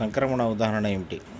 సంక్రమణ ఉదాహరణ ఏమిటి?